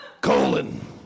colon